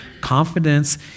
Confidence